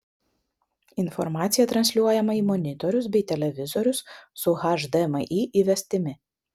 informacija transliuojama į monitorius bei televizorius su hdmi įvestimi